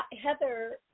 Heather